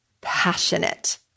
passionate